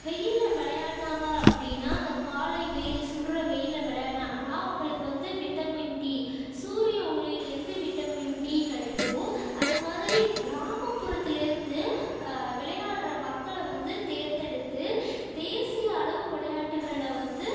வெயிலில் விளையாண்டாங்க அப்படின்னா அந்த காலை வெயில் சுடுற வெயிலில் விளையான்டாங்கன்னா அவங்களுக்கு வந்து விட்டமின் டி சூரிய ஒளியிலேருந்து விட்டமின் டி கிடைக்கும் அது மாதிரி கிராமப்புறதிலேருந்து விளையாடுகிற மக்களை வந்து தேர்ந்தெடுத்து தேசிய அளவு விளையாட்டுகளில் வந்து